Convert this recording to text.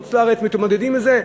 יהודים מחוץ-לארץ מתמודדים עם זה.